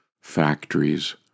factories